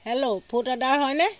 hello food order হয়নে